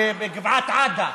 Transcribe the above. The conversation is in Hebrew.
בגבעת עדה,